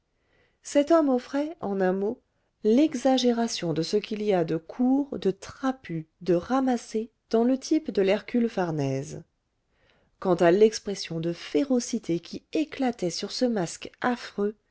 cet homme offrait en un mot l'exagération de ce qu'il y a de court de trapu de ramassé dans le type de l'hercule farnèse quant à l'expression de férocité qui éclatait sur ce masque affreux